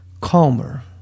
calmer